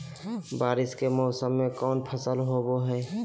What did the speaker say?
बारिस के मौसम में कौन फसल होबो हाय?